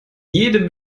jedem